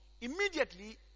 immediately